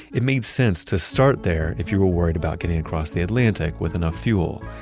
it made sense to start there if you were worried about getting across the atlantic with enough fuel.